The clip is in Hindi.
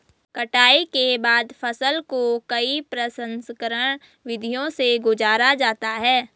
कटाई के बाद फसल को कई प्रसंस्करण विधियों से गुजारा जाता है